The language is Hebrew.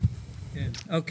יכול